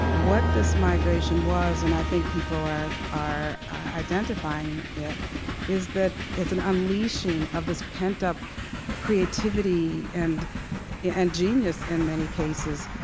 what this migration was and i think people are are identifying it is that it's an unleashing of this pent-up creativity and and genius, in many cases,